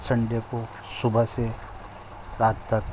Sunday کو صبح سے رات تک